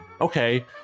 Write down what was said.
Okay